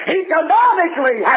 economically